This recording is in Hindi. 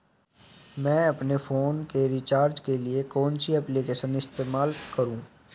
मैं अपने फोन के रिचार्ज के लिए कौन सी एप्लिकेशन इस्तेमाल करूँ?